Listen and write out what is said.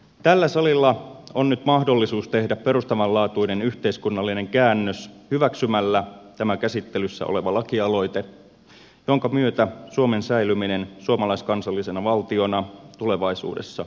tällä salilla on nyt mahdollisuus tehdä perustavanlaatuinen yhteiskunnallinen käännös hyväksymällä tämä käsittelyssä oleva lakialoite jonka myötä suomen säilyminen suomalaiskansallisena valtiona tulevaisuudessa olisi turvattu